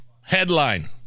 headline